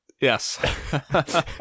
Yes